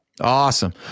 Awesome